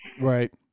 Right